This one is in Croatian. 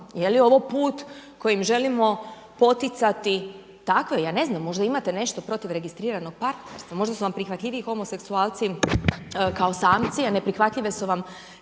je li ovo put kojim želimo poticati takve, ja ne znam, možda imate nešto protiv registriranog partnerstva, možda su vam prihvatljiviji homoseksualci kao samci a neprihvatljive su vam